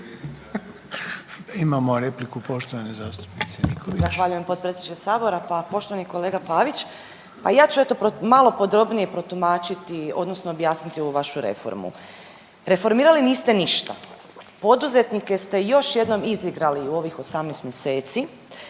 Imamo repliku poštovane zastupnice